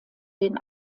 den